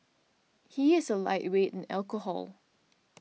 he is a lightweight in alcohol